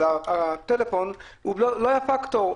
אבל הטלפון לא היה פקטור.